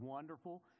wonderful